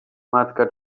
matka